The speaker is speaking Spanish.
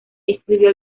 escribió